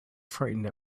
frightened